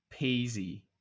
peasy